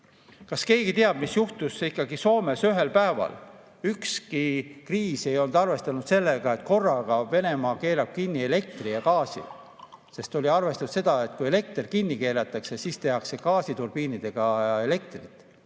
keegi teab, mis juhtus Soomes ühel päeval? Ükski kriis ei olnud arvestanud sellega, et korraga Venemaa keerab kinni elektri ja gaasi. Oli arvestatud seda, et kui elekter kinni keeratakse, siis tehakse gaasiturbiinidega elektrit.